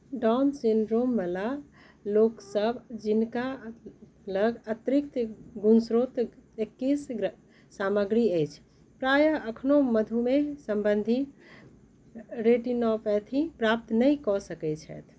down सिन्ड्रोमवला लोकसब जिनका लग अतिरिक्त गुणसूत्र एकैस सामग्री अछि प्रायः कखनो मधुमेह सम्बन्धी रेटिनोपैथी प्राप्त नहि कऽ सकै छथि